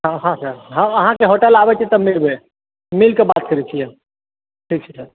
हँ सर अहाँके होटल आबै छियै तऽ मिलबै मिल कऽ बात करै छियै ठीक छै सर